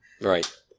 Right